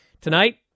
Tonight